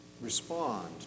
respond